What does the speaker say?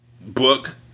book